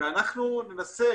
ואנחנו ננסה,